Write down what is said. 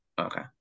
Okay